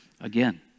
again